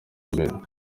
imbere